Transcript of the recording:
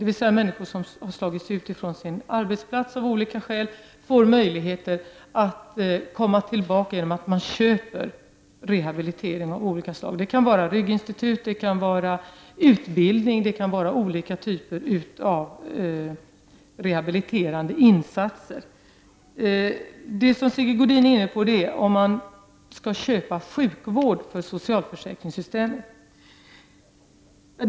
Människor som av olika skäl slagits ut från sin arbetsplats får möjlighet att komma tillbaka genom att man köper rehabilitering av olika slag. Det kan ske på rygginstitut, genom utbildning eller genom olika typer av rehabiliterande insatser. Vad Sigge Godin är inne på är frågan om man skall köpa sjukvård via socialförsäkringssystemet.